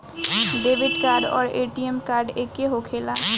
Debit card आउर ATM card एके होखेला?